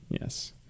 Yes